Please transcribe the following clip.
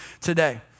today